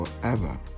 forever